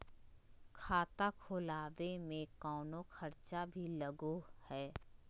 खाता खोलावे में कौनो खर्चा भी लगो है?